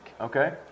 okay